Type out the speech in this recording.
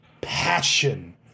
passion